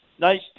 Nice